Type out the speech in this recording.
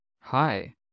Hi